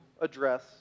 address